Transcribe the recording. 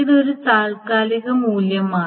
ഇത് ഒരു താൽക്കാലിക മൂല്യമാണ്